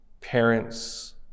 parents